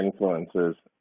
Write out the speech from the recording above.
influences